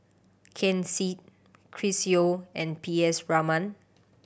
Ken Seet Chris Yeo and P S Raman